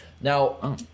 Now